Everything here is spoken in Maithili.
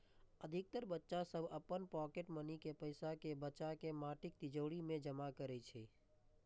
अधिकतर बच्चा सभ अपन पॉकेट मनी के पैसा कें बचाके माटिक तिजौरी मे जमा करै छै